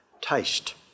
taste